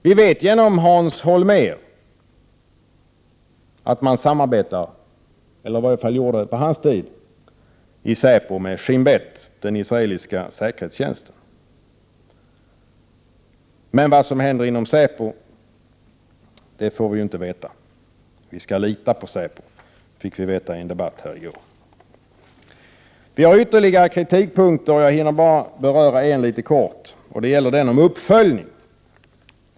Vi vet genom Hans Holmér att säpo samarbetar — eller i varje fall gjorde det på hans tid — med Shin Beth, den israeliska säkerhetstjänsten. Men vad som händer inom säpo får vi ju inte veta. Vi skall lita på säpo, fick vi höra i en debatt här i går. Vi har ytterligare kritikpunkter. Men jag hinner bara beröra en litet kort. Den gäller uppföljning.